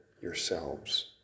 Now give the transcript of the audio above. yourselves